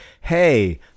hey